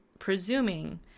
presuming